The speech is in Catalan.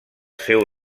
seu